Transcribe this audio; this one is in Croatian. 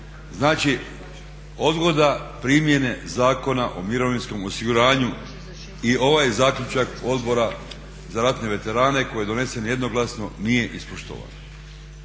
Znači odgoda primjene Zakona o mirovinskom osiguranju i ovaj zaključak Odbora za ratne veterane koji je donesen jednoglasno nije ispoštovan.